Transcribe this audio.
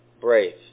brave